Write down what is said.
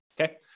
Okay